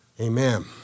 Amen